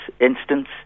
instance